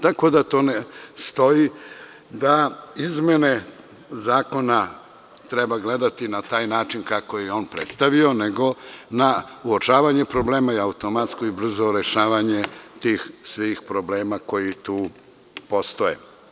Tako da, to ne stoji da izmene zakona treba gledati na taj način kako je on predstavio, nego na uočavanje problema i automatski brzo rešavanje tih svih problema koji tu postoje.